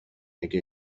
اگه